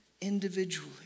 individually